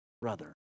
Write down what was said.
brother